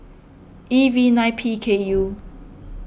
E V nine P K U